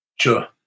Sure